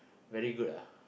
very good ah